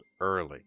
early